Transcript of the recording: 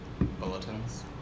bulletins